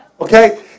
okay